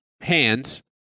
hands